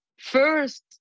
first